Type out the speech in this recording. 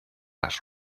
las